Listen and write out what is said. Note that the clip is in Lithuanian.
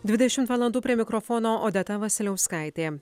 dvidešimt valandų prie mikrofono odeta vasiliauskaitė